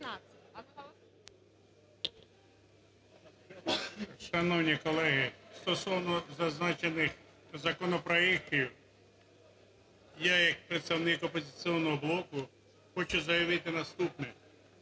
Шановні колеги, стосовно зазначених законопроектів я як представник "Опозиційного блоку" хочу заявити наступне.